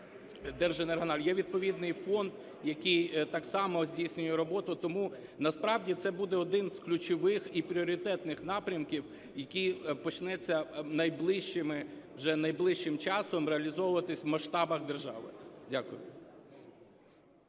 є відповідний фонд, який так само здійснює роботу. Тому насправді це буде один із ключових і пріоритетних напрямків, який почнеться найближчим, вже найближчим часом реалізовуватись в масштабах держави. Дякую.